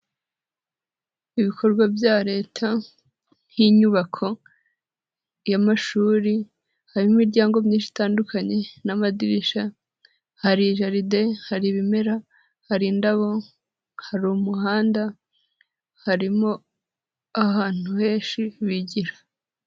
Ibikorwa bya leta nk'inyubako y'amashuri, harimo imiryango myinshi itandukanye n'amadirishya, hari jaride, hari ibimera, hari indabo, hari umuhanda, harimo ahantu henshi bigira.